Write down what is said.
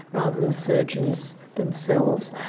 rather than the surgeons themselves.